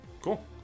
cool